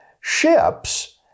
ships